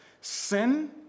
sin